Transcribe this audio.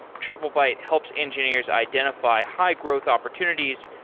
triplebyte helps engineers identify high-growth opportunities,